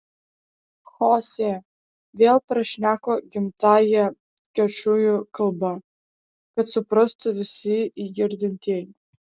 chosė vėl prašneko gimtąja kečujų kalba kad suprastų visi jį girdintieji